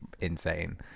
insane